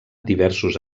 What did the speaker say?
diversos